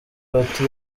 bati